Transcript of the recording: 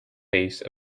base